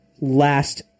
last